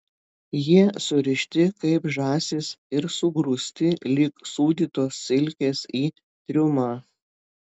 jie surišti kaip žąsys ir sugrūsti lyg sūdytos silkės į triumą